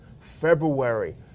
February